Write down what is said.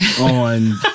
on